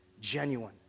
genuine